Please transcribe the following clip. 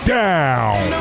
down